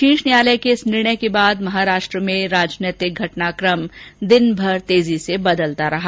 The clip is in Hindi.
शीर्ष न्यायालय के इस निर्णय के बाद महाराष्ट्र में राजनीतिक घटनाकम दिनभर तेजी से बदलता रहा